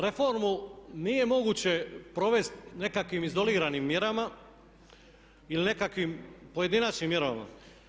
Reformu nije moguće provesti nekakvim izoliranim mjerama ili nekakvim pojedinačnim mjerama.